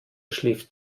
schläft